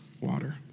water